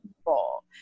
people